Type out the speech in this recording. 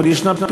אבל יש פתרונות.